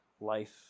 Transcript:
life